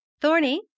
thorny